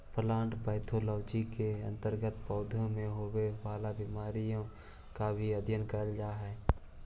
plant pathology के अंतर्गत पौधों में होवे वाला बीमारियों का अध्ययन करल जा हई